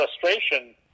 frustration